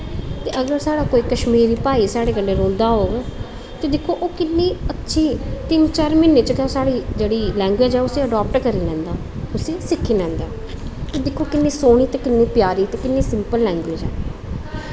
ते अगर कोई कश्मीरी भाई साढ़े कन्नै रौंह्दा होग ते दिक्खो ओह् किन्नी अच्छी तिन्न चार म्हीनें च गै साढ़ी जेह्ड़ी लैंग्वेज़ ऐ उस्सी अड़ाप्ट करी लैंदा उस्सी सिक्खी लैंदा कि दिक्खो किन्नी सोह्नी ते किन्नी प्यारी ते किन्नी सिंपल लैंग्वेज़ ऐ